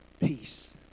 Peace